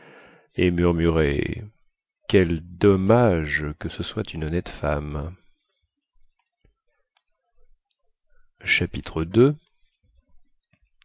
et murmurait quel dommage que ce soit une honnête femme ii